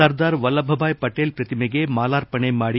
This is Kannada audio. ಸರ್ದಾರ್ ವಲ್ಲಭಭಾಯಿ ಪಟೇಲ್ ಪ್ರಕಿಮೆಗೆ ಮಾಲಾರ್ಪಣೆ ಮಾಡಿ